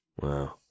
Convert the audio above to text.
Wow